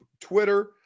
Twitter